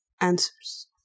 answers